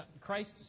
Christ